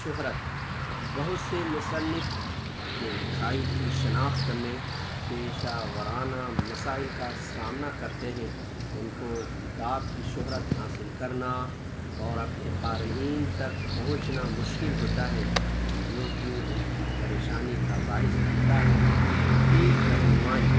شہرت بہت سے مصنف اپنی لکھائی کی شناخت میں پیشہ وارانہ مسائل کا سامنا کرتے ہیں ان کو کتاب کی شہرت حاصل کرنا اور اپنے قارئین تک پہنچنا مشکل ہوتا ہے جو کہ ان کی پریشانی کا باعث بنتا ہے ٹھیک رہنمائی